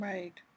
Right